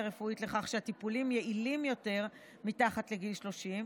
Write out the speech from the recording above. רפואית לכך שהטיפולים יעילים יותר מתחת לגיל 30,